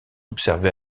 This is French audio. observée